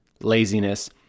laziness